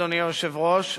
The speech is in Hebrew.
אדוני היושב-ראש,